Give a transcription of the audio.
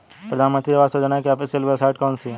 प्रधानमंत्री आवास योजना की official website कौन सी है?